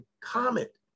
comet